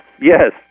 Yes